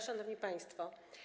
Szanowni Państwo!